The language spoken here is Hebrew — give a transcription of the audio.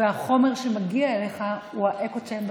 והחומר שמגיע אליך הוא ה-echo chamber שלך,